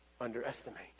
underestimate